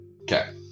okay